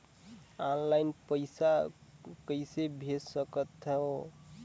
Online पइसा कइसे भेज सकत हो?